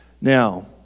Now